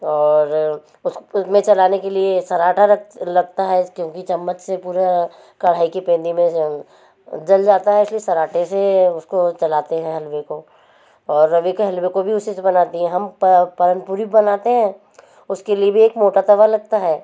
और उसको उसमें चलाने के लिए सराठा लगता है क्योंकि चम्मच से पूरा कढ़ाई को पैंदी में जंग जल जाता है इसलिए सराठे से उसको चलाते हैं हलवे को और रवी को हलवे को भी उसी से बनाती हूँ हम पान पुरी बनाते हैं उसके लिए भी एक मोटा तवा लगता है